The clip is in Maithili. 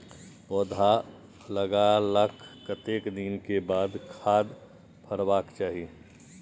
पौधा लागलाक कतेक दिन के बाद खाद परबाक चाही?